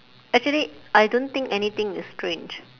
actually I don't think anything is strange